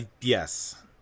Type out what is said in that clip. Yes